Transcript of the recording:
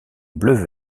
bleu